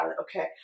Okay